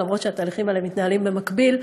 אף שהתהליכים האלה מתנהלים במקביל,